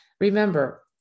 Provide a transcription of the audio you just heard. Remember